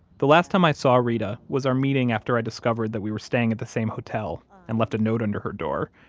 the last time i saw reta was our meeting after i discovered that we were staying at the same hotel and left a note under her door,